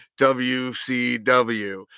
wcw